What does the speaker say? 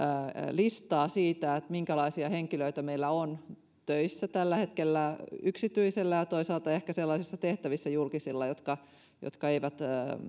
listaa siitä minkälaisia henkilöitä meillä on töissä tällä hetkellä yksityisellä ja toisaalta ehkä sellaisissa tehtävissä julkisilla jotka jotka eivät